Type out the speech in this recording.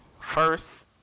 first